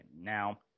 Now